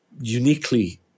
uniquely